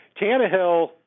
Tannehill